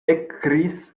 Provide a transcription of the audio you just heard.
ekkriis